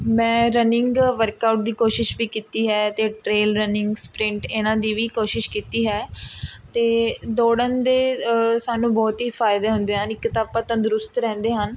ਮੈਂ running workout ਦੀ ਕੋਸ਼ਿਸ਼ ਵੀ ਕੀਤੀ ਹੈ ਅਤੇ ਟਰੇਲ ਰਨਿੰਗ ਸਪ੍ਰਿੰਟ ਇਹਨਾਂ ਦੀ ਵੀ ਕੋਸ਼ਿਸ਼ ਕੀਤੀ ਹੈ ਅਤੇ ਦੌੜਨ ਦੇ ਸਾਨੂੰ ਬਹੁਤ ਹੀ ਫਾਇਦੇ ਹੁੰਦੇ ਹਨ ਇੱਕ ਤਾਂ ਆਪਾਂ ਤੰਦਰੁਸਤ ਰਹਿੰਦੇ ਹਨ